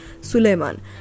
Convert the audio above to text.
Suleiman